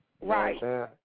Right